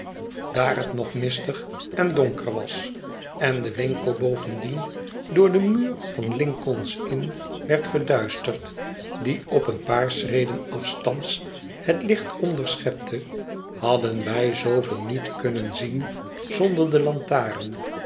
daar het nog mistig en donker was en de winkel bovendien door den muur van lincoln's inn werd verduisterd die op een paar schreden afstands het licht onderschepte hadden wij zooveel niet kunnen zien zonder de lantaren